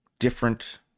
different